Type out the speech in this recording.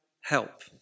help